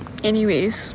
anyways